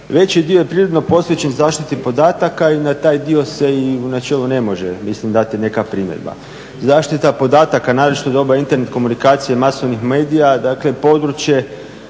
Veći dio je prirodno posvećen zaštiti podataka i na taj dio se i u načelu se ne može mislim dati neka primjedba. Zaštita podataka naročito u doba Internet komunikacije i masovnih medija dakle je područje